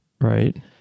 Right